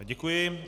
Děkuji.